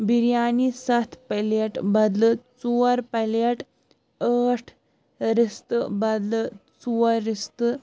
بِریانی سَتھ پَلیٹ بَدلہٕ ژور پَلیٹ ٲٹھ رِستہٕ بَدلہٕ ژور رِستہٕ